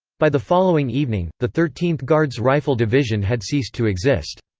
by the following evening, the thirteenth guards rifle division had ceased to exist.